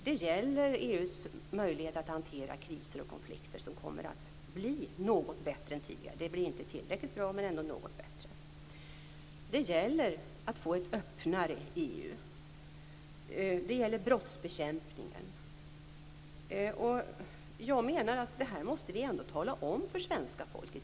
Det gäller EU:s möjligheter att hantera kriser och konflikter som kommer att bli något bättre än tidigare. Det blir inte tillräckligt bra men ändå något bättre. Det gäller att få ett öppnare EU och det gäller brottsbekämpningen. Det här måste vi ändå tala om för svenska folket.